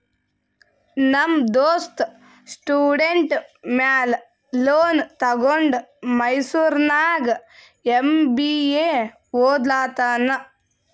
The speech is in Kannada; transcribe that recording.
ನಮ್ ದೋಸ್ತ ಸ್ಟೂಡೆಂಟ್ ಮ್ಯಾಲ ಲೋನ್ ತಗೊಂಡ ಮೈಸೂರ್ನಾಗ್ ಎಂ.ಬಿ.ಎ ಒದ್ಲತಾನ್